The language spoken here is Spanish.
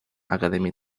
academy